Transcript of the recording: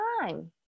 time